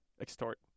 extort